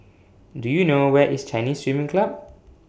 Do YOU know Where IS Chinese Swimming Club